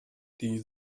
die